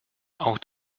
auch